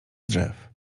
drzew